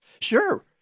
Sure